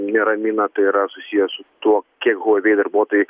neramina tai yra susiję su tuo kiek huavei darbuotojai